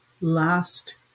last